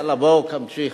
יאללה, בואו נמשיך.